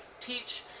teach